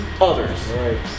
others